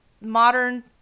modern